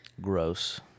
Gross